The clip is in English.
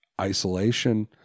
isolation